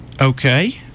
Okay